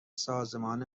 سازمان